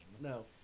No